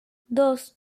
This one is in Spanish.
dos